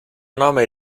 nome